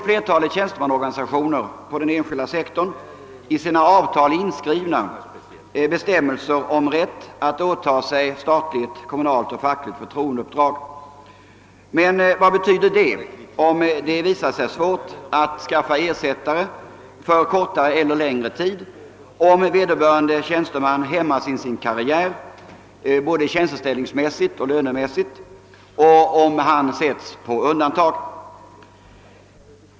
Flertalet tjänstemannaorganisationer på den enskilda sektorn har i sina avtal bestämmelser inskrivna om rätt att åta sig statligt, kommunalt eller fackligt förtroendeuppdrag. Men vad betyder det om det visar sig svårt att skaffa ersättare för kortare eller längre tid, om vederbörande tjänsteman hämmas i sin karriär både tjänsteställningsmässigt och lönemässigt och om han sätts på undantag?